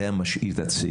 זה היה משאיר את הצעירים,